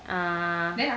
ah